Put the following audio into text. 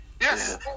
Yes